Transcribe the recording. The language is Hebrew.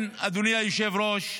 אדוני היושב-ראש,